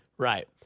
Right